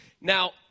Now